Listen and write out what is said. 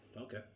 okay